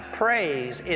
praise